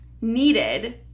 needed